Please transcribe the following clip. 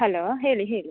hello ಹೇಳಿ ಹೇಳಿ